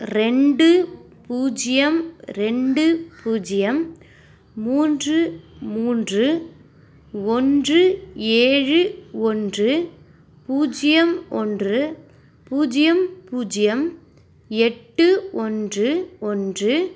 ரெண்டு பூஜ்யம் ரெண்டு பூஜ்யம் மூன்று மூன்று ஒன்று ஏழு ஒன்று பூஜ்யம் ஒன்று பூஜ்யம் பூஜ்யம் எட்டு ஒன்று ஒன்று